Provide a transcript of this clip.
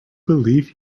believe